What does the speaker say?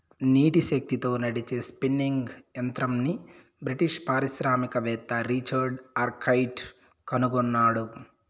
నీటి శక్తితో నడిచే స్పిన్నింగ్ యంత్రంని బ్రిటిష్ పారిశ్రామికవేత్త రిచర్డ్ ఆర్క్రైట్ కనుగొన్నాడు